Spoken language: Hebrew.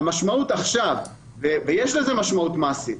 יש לזה משמעות מעשית.